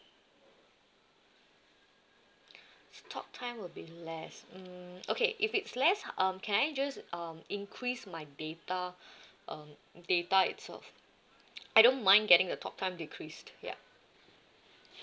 talk time would be less mm is okay if it's less um can I just um increase my data um data itself I don't mind getting the talk time decreased ya